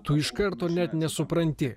tu iš karto net nesupranti